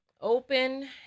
Open